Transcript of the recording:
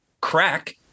crack